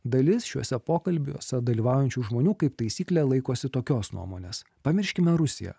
dalis šiuose pokalbiuose dalyvaujančių žmonių kaip taisyklė laikosi tokios nuomonės pamirškime rusija